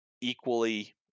equally